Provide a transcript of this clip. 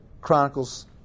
Chronicles